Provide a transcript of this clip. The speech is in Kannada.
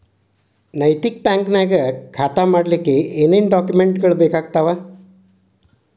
ನೈತಿಕ ಬ್ಯಾಂಕ ನ್ಯಾಗ್ ಖಾತಾ ಮಾಡ್ಲಿಕ್ಕೆ ಏನೇನ್ ಡಾಕುಮೆನ್ಟ್ ಗಳು ಬೇಕಾಗ್ತಾವ?